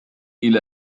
إلى